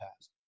past